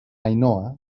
ainhoa